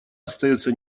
остается